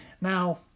Now